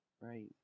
right